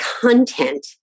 content